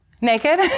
Naked